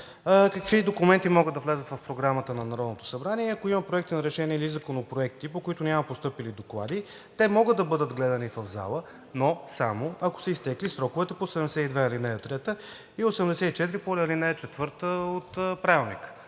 какви документи могат да влязат в Програмата на Народното събрание. Ако има проекти на решения или законопроекти, по които няма постъпили доклади, те могат да бъдат гледани в залата, но само ако са изтекли сроковете по чл. 72, ал. 3 и чл. 84, ал. 4 от Правилника.